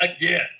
again